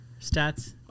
stats